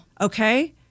Okay